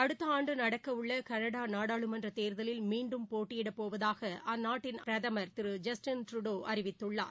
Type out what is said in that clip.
அடுத்த ஆண்டு நடக்கவுள்ள கனடா நாடாளுமன்ற தேர்தலில மீண்டும் போட்டியிடப் போவதாக அந்த நாட்டின் பிரதமா் திரு ஐஸ்டின் ட்ரூடோ அறிவித்துள்ளார்